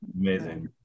Amazing